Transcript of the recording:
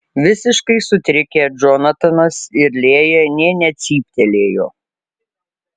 visiškai sutrikę džonatanas ir lėja nė necyptelėjo